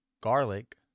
Garlic